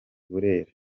burera